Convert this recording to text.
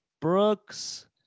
brooks